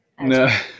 No